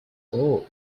course